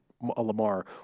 Lamar